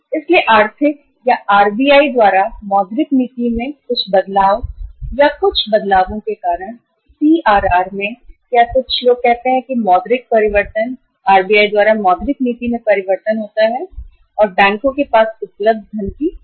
इसलिए आरबीआई द्वारा आर्थिक या मौद्रिक नीति में कुछ बदलावों के कारण या सीआरआर में परिवर्तन या कुछ अन्य कहते हैं कि आरबीआई द्वारा मौद्रिक नीति में परिवर्तन होता है बैंक के पास उपलब्ध धन की कमी है